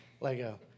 Lego